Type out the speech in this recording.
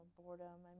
boredom